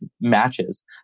matches